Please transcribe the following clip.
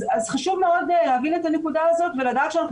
אז חשוב מאוד להבין את הנקודה הזאת ולדעת שאנחנו